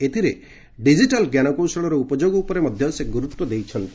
ଏଥିରେ ଡିକିଟାଲ ଞ୍ଜାନକୌଶଳର ଉପଯୋଗ ଉପରେ ମଧ୍ୟ ସେ ଗୁରୁତ୍ୱ ଦେଇଛନ୍ତି